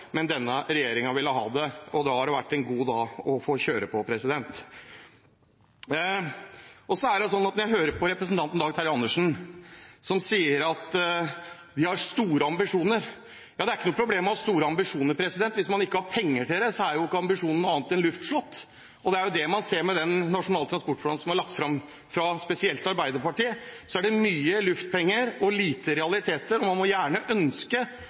men denne regjeringen vil ha det, og derfor har det vært en god dag å kjøre på. Jeg hører representanten Dag Terje Andersen si at de har store ambisjoner. Det er ikke noe problem å ha store ambisjoner – hvis man ikke har penger til det, er jo ikke ambisjonene noe annet enn luftslott. Det er det man ser med den nasjonale transportplanen som er lagt fram fra spesielt Arbeiderpartiet. Det er mye luftpenger og lite realiteter. Man må gjerne ønske